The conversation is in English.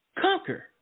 Conquer